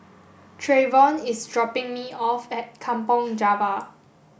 Treyvon is dropping me off at Kampong Java